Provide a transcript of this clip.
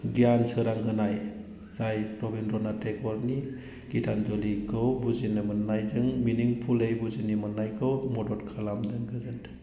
गियान सोलोंहोनाय जाय रबीन्द्रनाथ थेगरनि गिथानजलिखौ बुजिनो मोननायजों मिनिंफुलि बुजिनो मोननायखौ मदद खालामो गोजोनथों